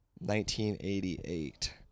1988